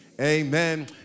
Amen